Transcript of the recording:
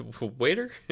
waiter